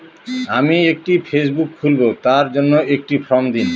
আমি একটি ফেসবুক খুলব তার জন্য একটি ফ্রম দিন?